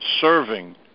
serving